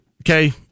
Okay